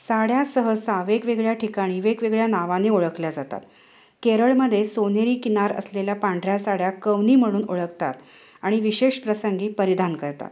साड्या सहसा वेगवेगळ्या ठिकाणी वेगवेगळ्या नावाने ओळखल्या जातात केरळमध्ये सोनेरी किनार असलेल्या पांढऱ्या साड्या कवनी म्हणून ओळखतात आणि विशेष प्रसंगी परिधान करतात